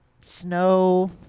snow